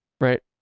right